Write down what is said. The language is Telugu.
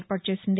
ఏర్పాటు చేసింది